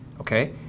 Okay